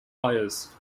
players